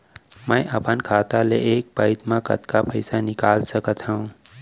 मैं अपन खाता ले एक पइत मा कतका पइसा निकाल सकत हव?